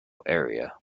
area